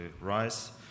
rise